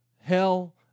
Hell